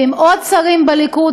ואם עוד שרים בליכוד,